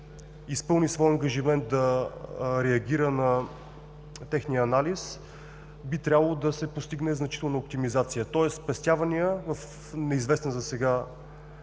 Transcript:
изпълни своя ангажимент – да реагира на техния анализ, би трябвало да се постигне значителна оптимизация, тоест спестявания в неизвестен засега